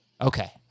Okay